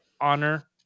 honor